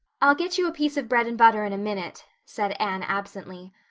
i'll get you a piece of bread and butter in a minute, said anne absently.